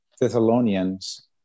Thessalonians